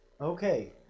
Okay